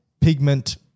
pigment